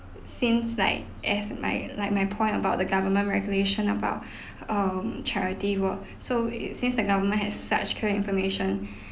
since like as like like my point about the government regulation about um charity work so it since the government has such clear information